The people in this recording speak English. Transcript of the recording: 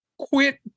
quit